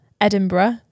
Edinburgh